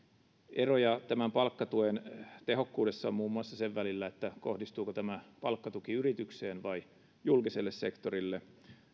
eroja palkkatuen tehokkuudessa on muun muassa siinä kohdistuuko palkkatuki yritykselle vai julkiselle sektorille